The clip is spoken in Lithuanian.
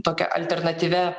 tokia alternatyvia